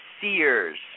sears